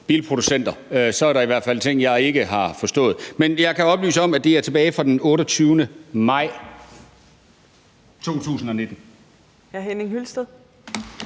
bilproducenter – så er der i hvert fald ting, jeg ikke har forstået. Men jeg kan oplyse om, at det er tilbage fra den 28. maj 2019.